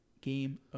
Game